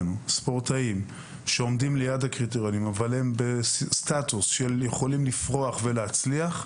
ספורטאים שעומדים ליד הקריטריונים ויכולים לפרוח ולהצליח,